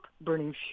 burning